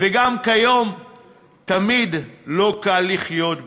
וגם כיום לא תמיד קל לחיות בה,